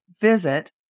visit